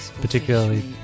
particularly